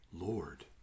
Lord